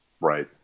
Right